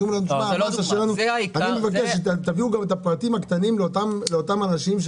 אבל אני מבקש שתביאו גם את הפרטים הקטנים לאותם אנשים,